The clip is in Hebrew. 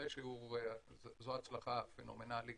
זה השיעור, זו הצלחה פנומנלית.